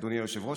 אדוני היושב-ראש,